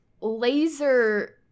laser